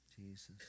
Jesus